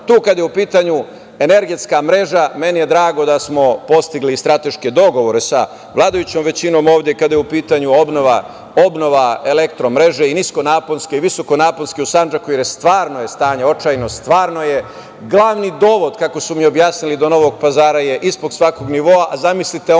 je u pitanju energetska mreža, meni je drago da smo postigli strateške dogovore sa vladajućom većinom ovde. Kada je u pitanju obnova elektromreže i niskonaponske i visokonaponske u Sandžaku, stanje je stvarno očajno, stvarno je glavni dovod, kako su mi objasnili, do Novog Pazara ispod svakog nivoa, a zamislite onda